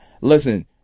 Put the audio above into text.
Listen